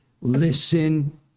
listen